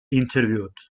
interviewed